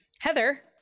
Heather